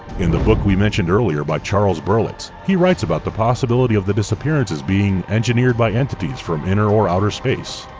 in the book we mentioned earlier by charles berlitz, he writes about the possibility of the disappearances being engineered by entities from inner or outer space.